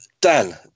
Dan